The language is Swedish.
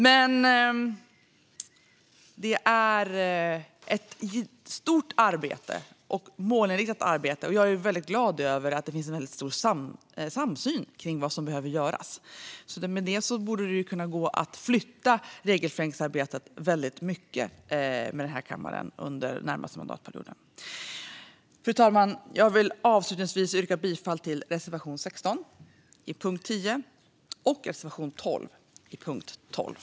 Det här är ett stort och målinriktat arbete, och jag är glad över att det finns en stor samsyn om vad som behöver göras. Med det borde det vara möjligt för kammaren att under mandatperioden flytta regelförenklingsarbetet. Fru talman! Jag vill yrka bifall till reservation 16 under punkt 10 och reservation 12 under punkt 12.